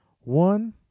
one